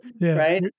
Right